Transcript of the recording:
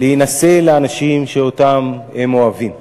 להינשא לאנשים שאותם הם אוהבים.